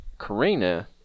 Karina